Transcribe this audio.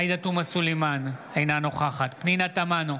עאידה תומא סלימאן, אינה נוכחת פנינה תמנו,